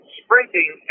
sprinting